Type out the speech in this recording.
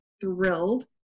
thrilled